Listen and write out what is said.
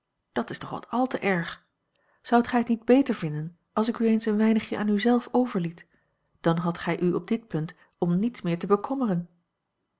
dat is toch wat al te erg zoudt gij het niet beter vinden als ik u eens een weinigje aan u zelf overliet dan hadt gij u op dit punt om niets meer te bekommeren